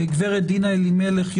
דינה אלימלך,